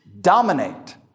dominate